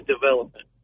development